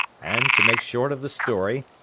and to make short of the story,